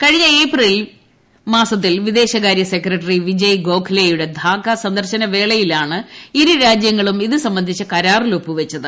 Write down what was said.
കഴിഞ്ഞ ഏപ്രിലിൽ വിദേശകാര്യ സെക്രട്ടറി വിജയ് ഗോഖലെയുടെ ധാക്ക സന്ദർശന വേളയിലാണ് ഇരു രാജൃങ്ങളും ഇത് സംബന്ധിച്ച കരാറിൽ ഒപ്പുവെച്ചത്